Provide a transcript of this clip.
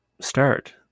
start